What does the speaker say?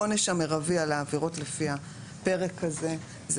העונש המרבי על העבירות לפי הפרק הזה זה